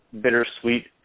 bittersweet